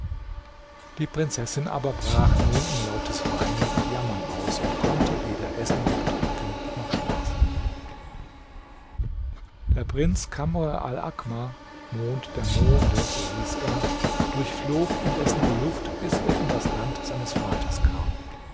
die prinzessin aber brach nun in lautes weinen und jammern aus und konnte weder essen noch trinken noch schlafen der prinz kamr al akmar mond der monde so hieß er durchflog indessen die luft bis er in das land seines vaters kam